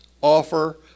offer